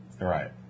Right